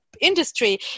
industry